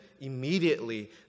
Immediately